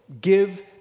Give